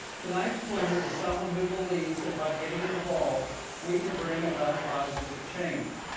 tonight's winner is someone who believes that by getting involved we can bring about positive change.